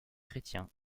chrétien